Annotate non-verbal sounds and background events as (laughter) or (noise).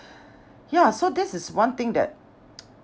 yeah so this is one thing that (noise)